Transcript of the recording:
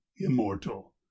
immortal